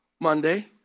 Monday